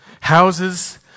Houses